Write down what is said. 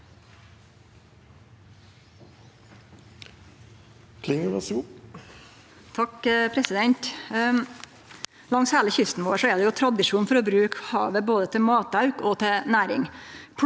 Langs heile kysten vår er det tradisjon for å bruke havet både til matauk og til næring.